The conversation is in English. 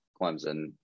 clemson